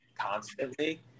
constantly